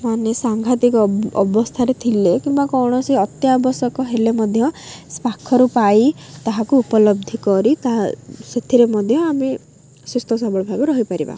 ମାନେ ସାଂଘାତିକ ଅବସ୍ଥାରେ ଥିଲେ କିମ୍ବା କୌଣସି ଅତ୍ୟାବଶ୍ୟକ ହେଲେ ମଧ୍ୟ ପାଖରୁ ପାଇ ତାହାକୁ ଉପଲବ୍ଧି କରି ତା ସେଥିରେ ମଧ୍ୟ ଆମେ ସୁସ୍ଥ ସବଳ ଭାବେ ରହିପାରିବା